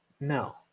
No